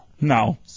No